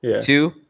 Two